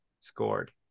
scored